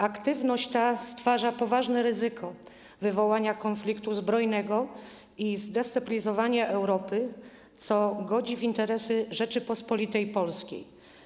Aktywność ta stwarza poważne ryzyko wywołania konfliktu zbrojnego i zdestabilizowania Europy, co godzi w interesy Rzeczypospolitej Polskiej.